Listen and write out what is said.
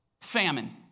famine